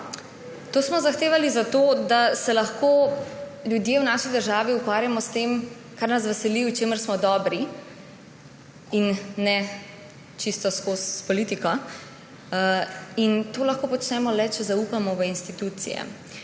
To smo zahtevali zato, da se lahko ljudje v naši državi ukvarjamo s tem, kar nas veseli, v čemer smo dobri, in ne čisto ves čas s politiko. To lahko počnemo le, če zaupamo v institucije.